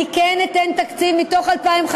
אני כן אתן מתוך תקציב 2015 אף